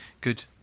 good